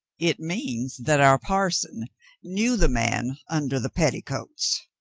it means that our parson knew the man under the petticoats,